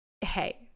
hey